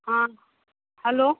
हाँ हैलो